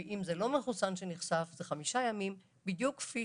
ואם זה לא מחוסן שנחשף זה חמישה ימים בדיוק כפי